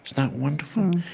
that wonderful?